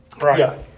Right